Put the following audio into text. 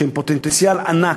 שהן פוטנציאל ענק,